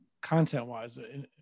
content-wise